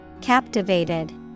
Captivated